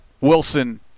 Wilson